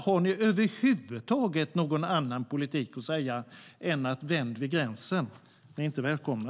Har ni över huvud taget någon annan politik än att säga: Vänd vid gränsen! Ni är inte välkomna.